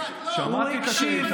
שמעתי את השאילתה.